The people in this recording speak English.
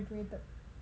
mm